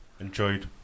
Enjoyed